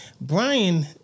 Brian